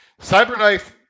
Cyberknife